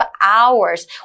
hours